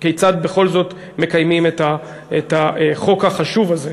כיצד בכל זאת מקיימים את החוק החשוב הזה.